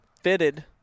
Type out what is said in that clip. fitted